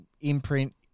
imprint